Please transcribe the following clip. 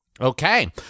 Okay